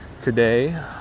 Today